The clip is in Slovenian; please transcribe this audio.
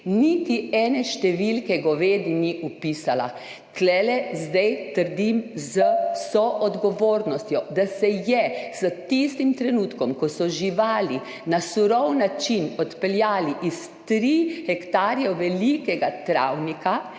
niti ene številke govedi ni vpisala. Tukajle zdaj trdim z vso odgovornostjo, da se je s tistim trenutkom, ko so živali na surov način odpeljali iz tri hektarje velikega travnika,